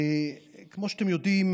כמו שאתם יודעים,